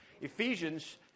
Ephesians